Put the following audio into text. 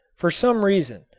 for some reason,